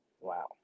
wow